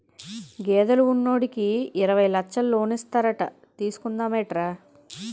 గేదెలు ఉన్నోడికి యిరవై లచ్చలు లోనిస్తారట తీసుకుందా మేట్రా